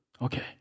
Okay